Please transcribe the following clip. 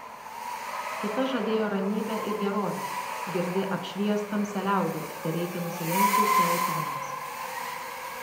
kita žadėjo ramybę ir gerovę girdi apšvies tamsią liaudį tereikia nusilenkti teutonams